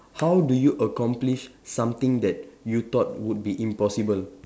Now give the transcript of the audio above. how do you accomplish something that you thought would be impossible